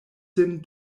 sin